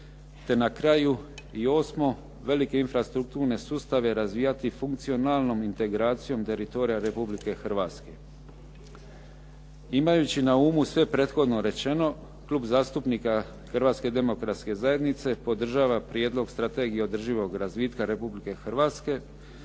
Te na kraju i 8. velike infrastrukturne sustave razvijati funkcionalnom integracijom teritorija Republike Hrvatske. Imajući na umu sve prethodno rečeno Klub zastupnika Hrvatske demokratske zajednice podržava Prijedlog strategije održivog razvitka Republike Hrvatske